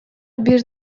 бир